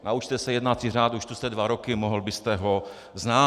Naučte se jednací řád, už tu jste dva roky, mohl byste ho znát.